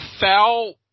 foul